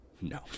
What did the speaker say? no